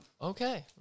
Okay